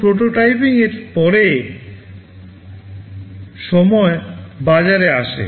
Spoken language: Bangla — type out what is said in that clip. প্রোটোটাইপ পরে সময়ে বাজারে আসে